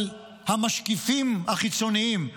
אבל המשקיפים החיצוניים,